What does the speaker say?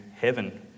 heaven